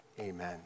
Amen